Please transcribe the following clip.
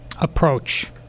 approach